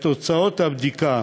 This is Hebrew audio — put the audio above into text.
את תוצאות הבדיקה